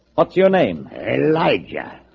what's your name elijah?